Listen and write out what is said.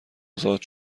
ازاد